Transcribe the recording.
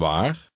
Waar